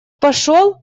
пошел